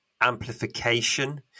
amplification